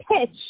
pitch